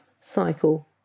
cycle